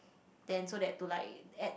then so that to like add